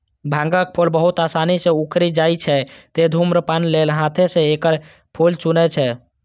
भांगक फूल बहुत आसानी सं उखड़ि जाइ छै, तें धुम्रपान लेल हाथें सं एकर फूल चुनै छै